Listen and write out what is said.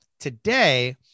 Today